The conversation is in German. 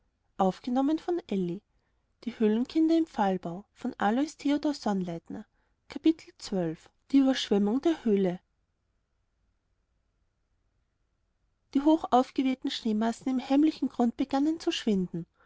die überschwemmung der höhle die hochaufgewehten schneemassen im heimlichen grund begannen zu schwinden